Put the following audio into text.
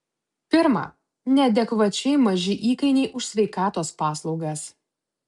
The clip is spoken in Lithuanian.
pirma neadekvačiai maži įkainiai už sveikatos paslaugas